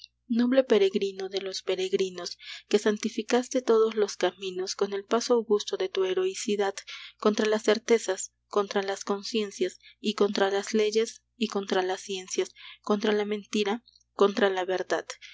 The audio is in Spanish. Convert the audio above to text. noble peregrino de los peregrinos que santificaste todos los caminos con el paso augusto de tu heroicidad contra las certezas contra las conciencias y contra las leyes y contra las ciencias contra la mentira contra la verdad